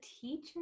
teacher